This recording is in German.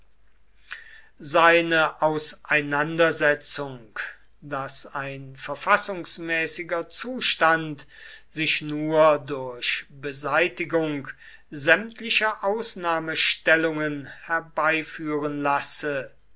seine auseinandersetzung daß ein verfassungsmäßiger zustand sich nur durch beseitigung sämtlicher ausnahmestellungen herbeiführen lasse